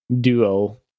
duo